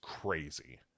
crazy